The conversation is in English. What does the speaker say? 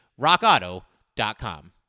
rockauto.com